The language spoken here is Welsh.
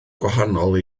gwahanol